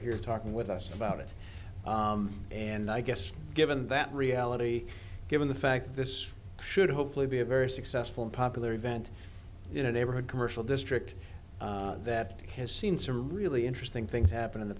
here talking with us about it and i guess given that reality given the fact that this should hopefully be a very successful and popular event you know neighborhood commercial district that has seen some really interesting things happen in the